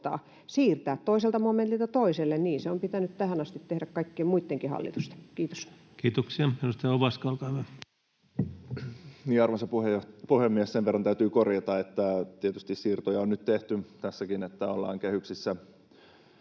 siirtää toiselta momentilta toiselle. Niin se on pitänyt tähän asti tehdä kaikkien muittenkin hallitusten. — Kiitos. Kiitoksia. — Edustaja Ovaska, olkaa hyvä. Arvoisa puhemies! Sen verran täytyy korjata, että tietysti siirtoja on nyt tehty tässäkin, että ollaan kehyksissä